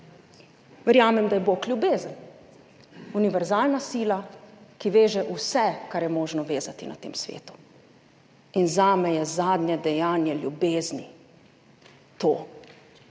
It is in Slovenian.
Verjamem, da je Bog ljubezen, univerzalna sila, ki veže vse, kar je možno vezati na tem svetu, in zame je zadnje dejanje ljubezni to,